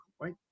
Wait